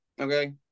Okay